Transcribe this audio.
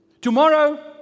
Tomorrow